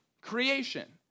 creation